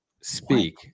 speak